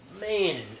Man